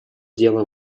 дело